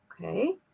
Okay